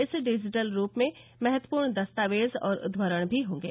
इस डिजिटल रूप में महत्वपूर्ण दस्तावेज और उद्दरण भी होंगे